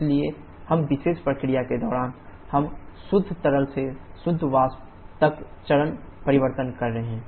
इसलिए इस विशेष प्रक्रिया के दौरान हम शुद्ध तरल से शुद्ध वाष्प तक चरण परिवर्तन कर रहे हैं